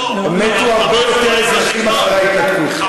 מתו הרבה יותר אזרחים מאחרי ההתנתקות,